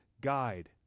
guide